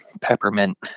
peppermint